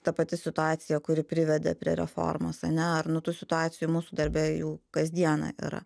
ta pati situacija kuri privedė prie reformos ane ar nu tų situacijų mūsų darbe jų kasdieną yra